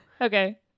Okay